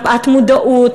מפאת חוסר מודעות,